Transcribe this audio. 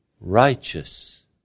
righteous